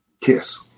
Kiss